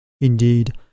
Indeed